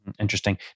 Interesting